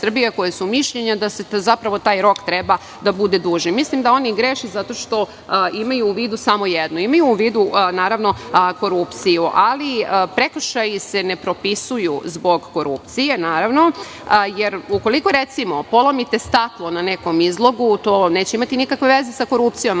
koji su mišljenja da taj rok treba da bude duži. Mislim da oni greše zato što imaju u vidu samo jedno. Imaju u vidu korupciju, ali prekršaji se ne propisuju zbog korupcije jer ukoliko recimo polomite staklo na nekom izlogu, to neće imati nikakve veze sa korupcijom,